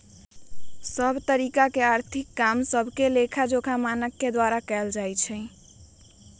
सभ तरिका के आर्थिक काम सभके लेखाजोखा मानक के द्वारा कएल जाइ छइ